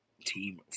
team